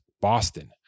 Boston